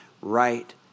right